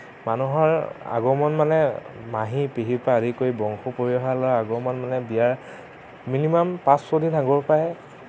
মানুহৰ আগমন মানে মাহী পেহীৰ পৰা আদি কৰি বংশ পৰিয়ালৰ আগমন মানে বিয়াৰ মিনিমাম পাঁচ ছয় দিন আগৰ পৰাই